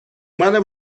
мене